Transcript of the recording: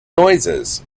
noises